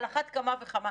על אחת כמה וכמה,